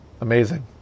Amazing